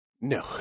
No